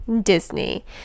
Disney